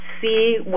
See